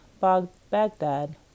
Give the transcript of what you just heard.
Baghdad